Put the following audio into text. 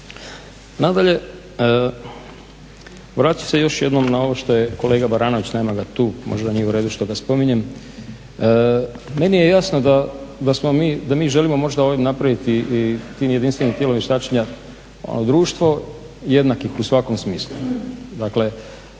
Nadalje, vratit ću se još jednom na ovo što je kolega Baranović, nema ga tu, možda nije u redu što ga spominjem, meni je jasno da mi želimo možda ovim napraviti i tim jedinstvenim tijelom vještačenja društvo jednakih u svakom smislu.